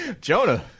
Jonah